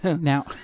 Now